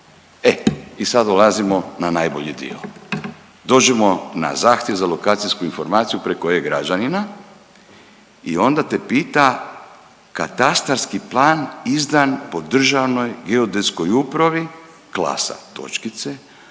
E i sad dolazimo na najbolji dio, dođemo na zahtjev za lokacijsku informaciju preko e-građanina i onda te pita katastarski plan izdan po državnoj geodetskoj upravi klasa točkice,